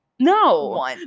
No